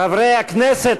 חברת הכנסת